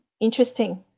Interesting